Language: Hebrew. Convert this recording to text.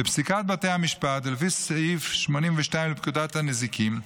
בפסיקת בתי המשפט ולפי סעיף 82 לפקודת הנזיקין,